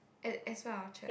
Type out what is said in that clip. as as part our church